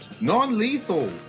Non-lethal